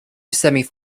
semi